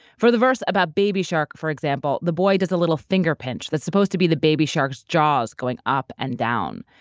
for the verse about baby shark, for example, the boy does a little finger pinch that's supposed to be the baby shark's jaws going up and down.